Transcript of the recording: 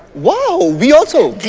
wow! we also!